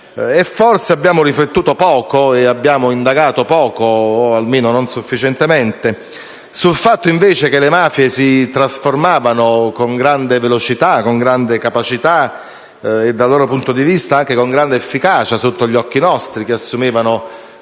Forse abbiamo riflettuto e abbiamo indagato poco, o almeno non sufficientemente, sul fatto che invece le mafie si trasformavano con grande velocità e grande capacità, dal loro punto di vista anche con grande efficacia, sotto i nostri occhi; sul fatto